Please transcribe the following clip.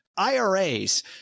IRAs